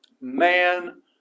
man